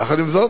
יחד עם זאת,